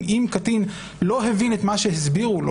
אם קטין לא הבין את מה שהסבירו לו,